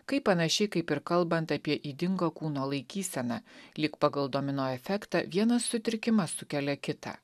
kai panašiai kaip ir kalbant apie ydingą kūno laikyseną lyg pagal domino efektą vienas sutrikimas sukelia kitą